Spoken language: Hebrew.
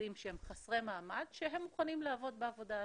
עובדים שהם חסרי מעמד שהם מוכנים לעבוד בעבודה הזאת.